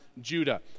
Judah